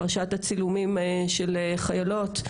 פרשת הצילומים של חיילות.